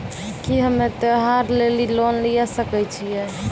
की हम्मय त्योहार लेली लोन लिये सकय छियै?